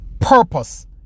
Purpose